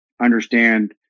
understand